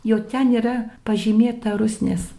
jo ten yra pažymėta rusnės